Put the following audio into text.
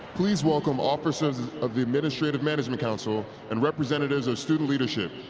please welcome officers of the administrative management council and representatives of student leadership,